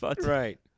Right